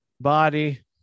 body